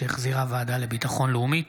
שהחזירה הוועדה לביטחון לאומי.